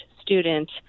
student